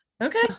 okay